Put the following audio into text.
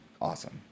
awesome